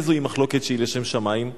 איזוהי מחלוקת שהיא לשם שמים?